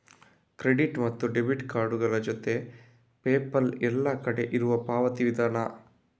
credit ಮತ್ತು debit ಕಾರ್ಡುಗಳ ಜೊತೆಗೆ ಪೇಪಾಲ್ ಎಲ್ಲ ಕಡೆ ಇರುವ ಪಾವತಿ ವಿಧಾನ